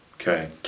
Okay